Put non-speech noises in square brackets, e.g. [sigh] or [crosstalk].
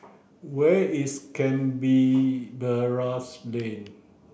where is [unintelligible] Lane